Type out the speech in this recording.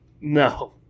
No